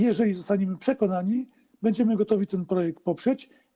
Jeżeli zostaniemy przekonani, będziemy gotowi ten projekt poprzeć.